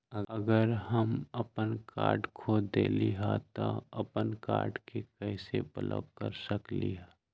अगर हम अपन कार्ड खो देली ह त हम अपन कार्ड के कैसे ब्लॉक कर सकली ह?